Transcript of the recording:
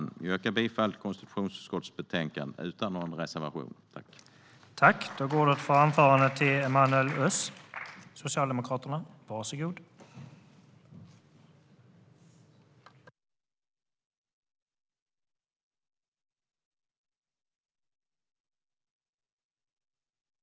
Jag yrkar bifall till förslaget i konstitutionsutskottets betänkande utan någon reservation.